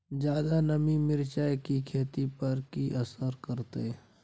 ज्यादा नमी मिर्चाय की खेती पर की असर करते?